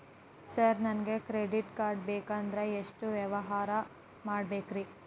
Sir ನನಗೆ credit card ಬೇಕಂದ್ರೆ ಎಷ್ಟು ವ್ಯವಹಾರ ಮಾಡಬೇಕ್ರಿ?